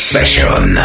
Session